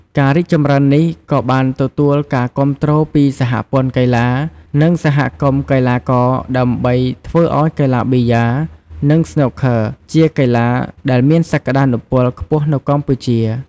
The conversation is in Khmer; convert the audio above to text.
ការរីកចម្រើននេះក៏បានទទួលការគាំទ្រពីសហព័ន្ធកីឡា និងសហគមន៍កីឡាករ ដើម្បីធ្វើឲ្យកីឡាប៊ីយ៉ា និងស្នូកឃ័រជាកីឡាដែលមានសក្តានុពលខ្ពស់នៅកម្ពុជា។